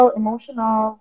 emotional